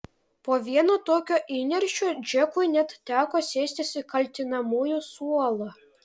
po vieno tokio įniršio džekui net teko sėstis į kaltinamųjų suolą